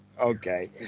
Okay